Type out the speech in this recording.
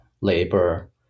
labor